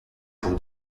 pour